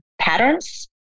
patterns